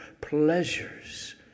pleasures